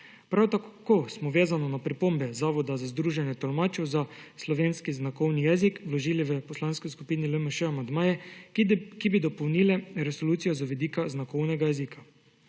Prav tako smo vezano na pripombe Zavoda za združenje tolmačev za slovenski znakovni jezik vložili v Poslanski skupini LMŠ amandmaje, ki bi dopolnile resolucije z vidika znakovnega jezika.